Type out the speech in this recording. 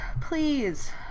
Please